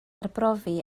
arbrofi